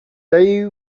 they